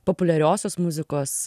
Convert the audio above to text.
populiariosios muzikos